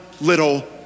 little